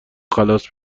خلاص